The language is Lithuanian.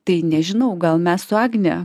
tai nežinau gal mes su agne